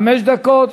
חמש דקות,